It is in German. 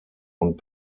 und